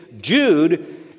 Jude